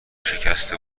شکسته